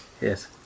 Yes